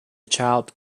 child